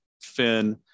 Finn